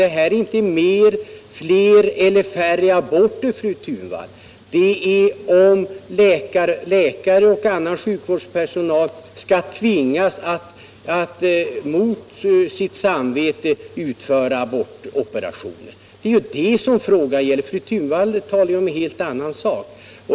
Det gäller inte fler eller färre aborter, fru Thunvall, utan om läkare och annan sjukvårdspersonal skall tvingas att mot sitt samvete utföra abortoperationer. Fru Thunvall talar om en helt annan sak.